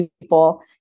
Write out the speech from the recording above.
people